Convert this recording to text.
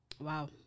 Wow